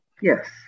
Yes